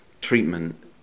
treatment